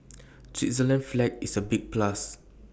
Switzerland's flag is A big plus